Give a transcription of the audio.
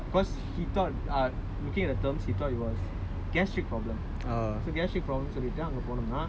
so we went to check lah they say ah because he thought uh looking at it terms he thought it was gastric problem